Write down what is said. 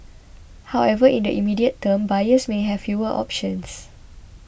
however in the immediate term buyers may have fewer options